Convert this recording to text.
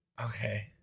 Okay